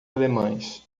alemães